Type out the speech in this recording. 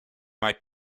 might